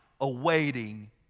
awaiting